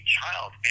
child